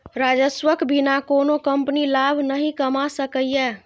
राजस्वक बिना कोनो कंपनी लाभ नहि कमा सकैए